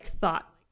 thought